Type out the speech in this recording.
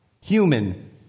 human